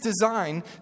design